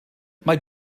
mae